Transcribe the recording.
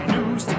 News